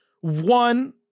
One